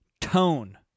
tone